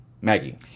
Maggie